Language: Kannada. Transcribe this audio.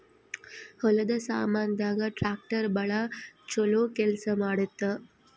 ಹೊಲದ ಸಾಮಾನ್ ದಾಗ ಟ್ರಾಕ್ಟರ್ ಬಾಳ ಚೊಲೊ ಕೇಲ್ಸ ಮಾಡುತ್ತ